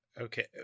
Okay